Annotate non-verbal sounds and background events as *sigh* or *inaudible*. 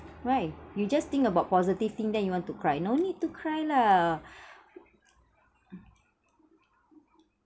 why you just think about positive thing then you want to cry no need to cry lah *breath*